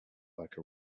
like